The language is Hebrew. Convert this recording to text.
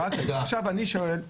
עכשיו אני שואל,